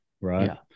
Right